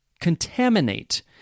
Contaminate